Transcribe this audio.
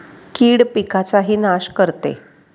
कीड पिकाचाही नाश करते